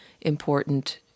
important